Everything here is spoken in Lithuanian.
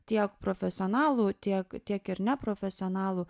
tiek profesionalų tiek tiek ir neprofesionalų